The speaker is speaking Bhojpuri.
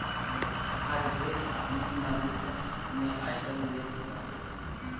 हर देस अपनी नागरिक से आयकर लेत बाटे